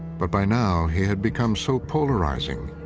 but by now, he had become so polarizing,